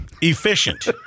Efficient